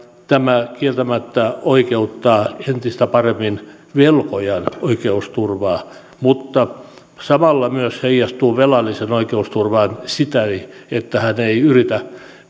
tämä kieltämättä oikeuttaa entistä paremmin velkojan oikeusturvaa mutta samalla myös heijastuu velallisen oikeusturvaan sikäli että hän ei yritä